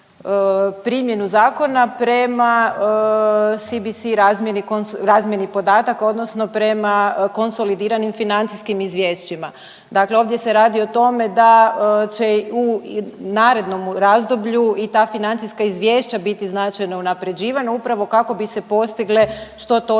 primjenu zakona prema CBC razmjeni podataka odnosno prema konsolidiranim financijskim izvješćima. Dakle ovdje se radi o tome da će u narednomu razdoblju i ta financijska izvješća biti značajno unaprjeđivanja upravo kako bi se postigle što